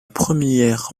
première